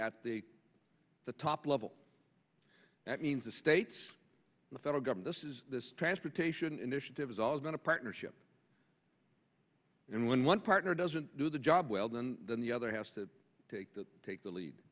at the top level that means the states the federal government says this transportation initiative has always been a partnership and when one partner doesn't do the job well then then the other has to take the take the lead